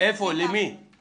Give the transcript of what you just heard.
אין לו, זה משהו אחר.